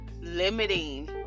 limiting